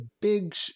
big